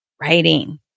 writing